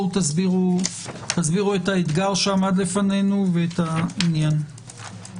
תסבירו את האתגר שעמד לפנינו ואת העניין.